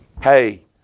Hey